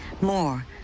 More